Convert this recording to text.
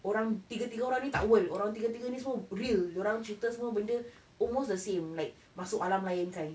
orang tiga tiga orang ni tak world orang tiga tiga ni semua real dia orang cerita semua benda almost the same like masuk alam lain kan